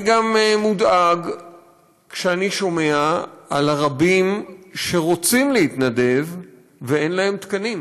אני גם מודאג כשאני שומע על הרבים שרוצים להתנדב ואין להם תקנים.